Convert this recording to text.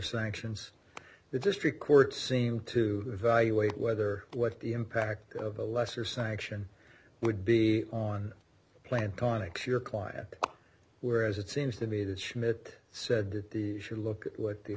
sanctions the district court seemed to evaluate whether what the impact of a lesser sanction would be on a plane and tonics your client whereas it seems to me that schmidt said that they should look at what the